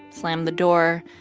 slam the door,